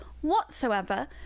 whatsoever